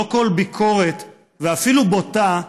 לא כל ביקורת, ואפילו בוטה,